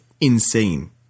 insane